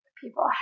people